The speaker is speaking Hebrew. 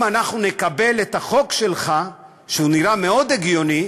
אם אנחנו נקבל את החוק שלך, שנראה מאוד הגיוני,